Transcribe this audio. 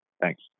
Thanks